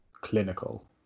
clinical